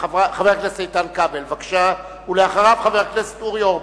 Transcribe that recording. איתן כבל, בבקשה, ואחריו, חבר הכנסת אורי אורבך.